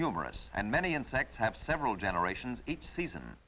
numerous and many insects have several generations eight season